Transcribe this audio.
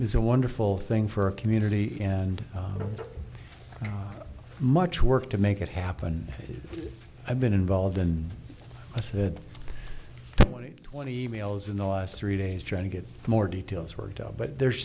is a wonderful thing for a community and much work to make it happen i've been involved and i said one hundred twenty emails in the last three days trying to get more details worked out but there's